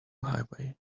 highway